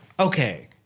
okay